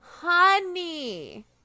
honey